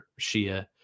Shia